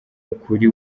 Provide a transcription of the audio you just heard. ukuri